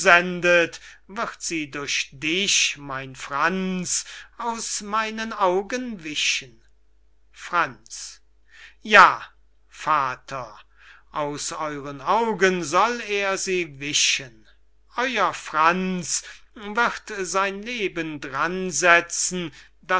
wird sie durch dich mein franz aus meinen augen wischen franz ja vater aus euren augen soll er sie wischen euer franz wird sein leben dran setzen